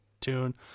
tune